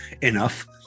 enough